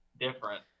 different